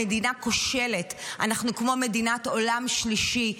המדינה כושלת, אנחנו כמו מדינת עולם שלישי.